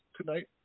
tonight